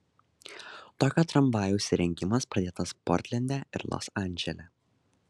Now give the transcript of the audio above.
tokio tramvajaus įrengimas pradėtas portlende ir los andžele